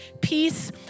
peace